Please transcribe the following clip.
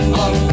on